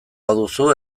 baduzu